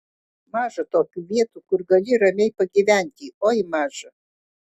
maža tokių vietų kur gali ramiai pagyventi oi maža